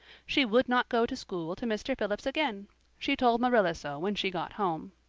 she would not go to school to mr. phillips again she told marilla so when she got home.